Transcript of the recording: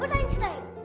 but einstein.